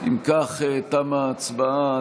אם כך, תמה ההצבעה.